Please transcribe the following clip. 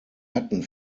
hatten